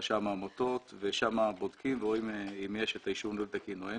לרשם העמותות ושם בודקים ורואים אם יש אישור ניהול תקין או אין.